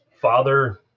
father